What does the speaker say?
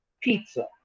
pizza